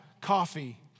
coffee